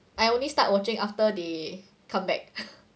I only start watching after they come back